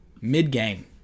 Mid-game